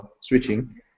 switching